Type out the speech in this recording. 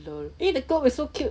the eh the quok is so cute